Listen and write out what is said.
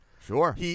Sure